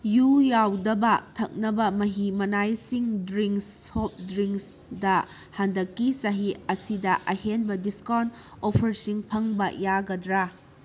U ꯌꯥꯎꯗꯕ ꯊꯛꯅꯕ ꯃꯍꯤ ꯃꯅꯥꯏꯁꯤꯡ ꯗ꯭ꯔꯤꯡꯁ ꯁꯣꯞ ꯗ꯭ꯔꯤꯡꯁꯇ ꯍꯟꯗꯛꯀꯤ ꯆꯍꯤ ꯑꯁꯤꯗ ꯑꯍꯦꯟꯕ ꯗꯤꯁꯀꯥꯎꯟ ꯑꯣꯐꯔꯁꯤꯡ ꯐꯪꯕ ꯌꯥꯒꯗ꯭ꯔꯥ